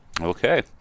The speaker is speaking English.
Okay